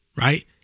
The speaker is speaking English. right